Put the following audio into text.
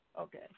Okay